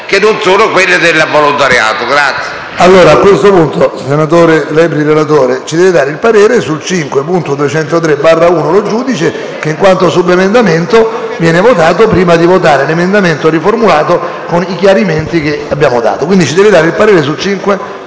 che non sono quelle del volontariato.